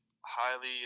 highly